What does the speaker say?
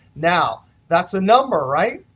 now, that's a number right?